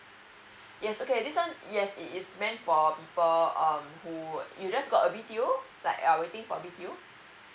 yes okay this one yes it is meant for people um who you just got a b t o like waiting for b t o